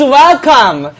welcome